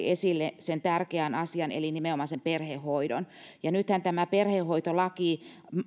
esille tärkeän asian eli nimenomaan sen perhehoidon nythän tämä perhehoitolaki